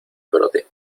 brote